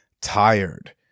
tired